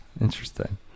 Interesting